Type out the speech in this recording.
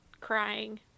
crying